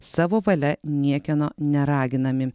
savo valia niekieno neraginami